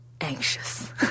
anxious